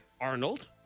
Arnold